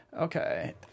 okay